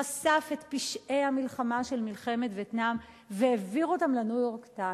חשף את פשעי המלחמה של מלחמת וייטנאם והעביר אותם ל"ניו-יורק טיימס",